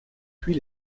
puis